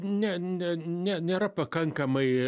ne ne ne nėra pakankamai